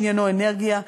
שעניינו אנרגיה,